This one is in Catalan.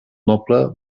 noble